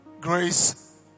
grace